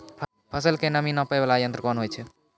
फसल के नमी नापैय वाला यंत्र कोन होय छै